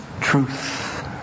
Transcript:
truth